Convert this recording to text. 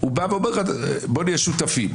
הוא בא ואומר לך: בוא נהיה שותפים.